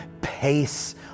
pace